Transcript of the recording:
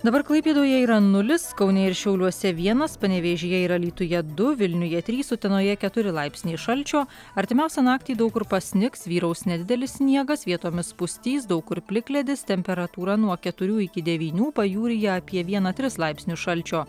dabar klaipėdoje yra nulis kaune ir šiauliuose vienas panevėžyje ir alytuje du vilniuje trys utenoje keturi laipsniai šalčio artimiausią naktį daug kur pasnigs vyraus nedidelis sniegas vietomis pustys daug kur plikledis temperatūra nuo keturių iki devynių pajūryje apie vieną tris laipsnius šalčio